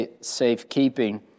safekeeping